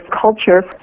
culture